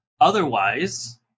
otherwise